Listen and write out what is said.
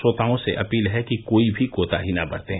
श्रोताओं से अपील है कि कोई भी कोताही न बरतें